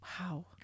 Wow